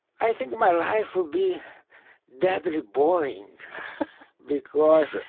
i think my life would be deadly boring because,